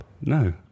No